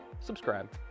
subscribe